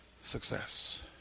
success